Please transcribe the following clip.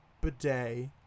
bidet